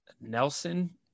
Nelson